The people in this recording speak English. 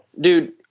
dude